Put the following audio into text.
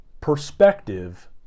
perspective